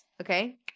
okay